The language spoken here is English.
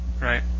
right